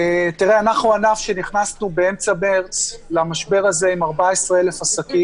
אנחנו ענף שנכנס באמצע מרץ למשבר הזה עם 14,000 עסקים.